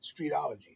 streetology